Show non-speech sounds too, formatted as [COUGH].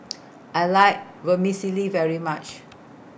[NOISE] I like Vermicelli very much